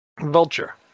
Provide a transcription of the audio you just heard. Vulture